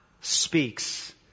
speaks